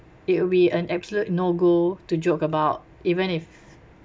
it will be an absolute no go to joke about even if